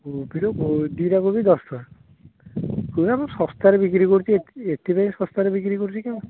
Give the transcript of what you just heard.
କୋବିରେ ଦୁଇଟା କୋବି ଦଶ୍ ଟଙ୍କା ପୁରା ମୁଁ ଶସ୍ତାରେ ବିକ୍ରି କରୁଛି ଏଥିପାଇଁ ଶସ୍ତାରେ ବିକ୍ରି କରୁଛି କି